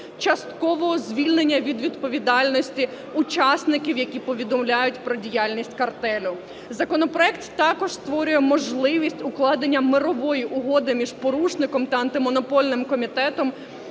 часткового звільнення від відповідальності учасників, які повідомляють про діяльність картелів. Законопроект також створює можливість укладення мирової угоди між порушником та Антимонопольним комітетом